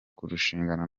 kurushingana